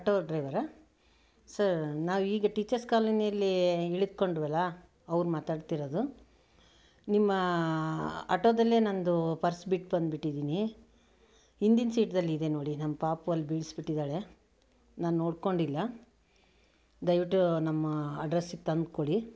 auto ಡ್ರೈವರಾ sir ನಾವೀಗ teachers ಕಾಲೋನಿಯಲ್ಲಿ ಇಳಿದುಕೊಂಡ್ವಲ್ಲ ಅವರು ಮಾತಾಡ್ತಿರೋದು ನಿಮ್ಮ ಆಟೋದಲ್ಲಿ ನಂದು ಪರ್ಸ್ ಬಿಟ್ಟ್ಬಂದ್ಬಿಟ್ಟಿದ್ದೀನಿ ಹಿಂದಿನ ಸೀಟ್ದಲ್ಲಿದೆ ನೋಡಿ ನಮ್ಮ ಪಾಪು ಅಲ್ಲಿ ಬೀಳಿಸಿಬಿಟ್ಟಿದ್ದಾಳೆ ನಾನು ನೋಡ್ಕೊಂಡಿಲ್ಲ ದಯವಿಟ್ಟು ನಮ್ಮ ಅಡ್ರೆಸ್ಸಿಗೆ ತಂದುಕೊಡಿ